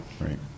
Right